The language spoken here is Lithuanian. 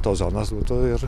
tos zonos būtų ir